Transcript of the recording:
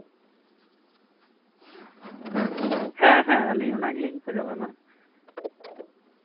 ᱦᱮᱸ ᱦᱮᱸ ᱟᱹᱞᱤᱧ ᱚᱱᱟᱜᱮᱞᱤᱧ ᱠᱷᱚᱡᱚᱜ ᱠᱟᱱᱟ